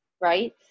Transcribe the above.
right